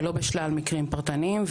ולא בשלל מקרים פרטניים.